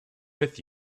with